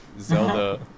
zelda